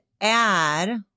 add